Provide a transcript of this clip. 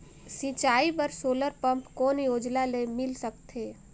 सिंचाई बर solar pump कौन योजना ले मिल सकथे?